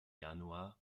januar